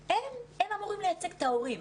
הם אמורים לייצג את ההורים,